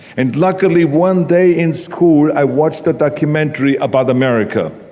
and luckily one day in school i watched the documentary about america.